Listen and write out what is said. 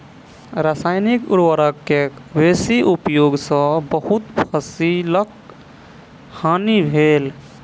रसायनिक उर्वरक के बेसी उपयोग सॅ बहुत फसीलक हानि भेल